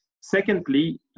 Secondly